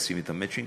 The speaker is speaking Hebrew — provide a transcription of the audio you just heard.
לשים את המצ'ינג.